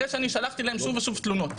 אחרי שאני שלחתי להם שוב ושוב תלונות.